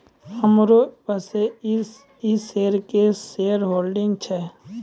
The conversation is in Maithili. हमरो बॉसे इ शेयर के शेयरहोल्डर छै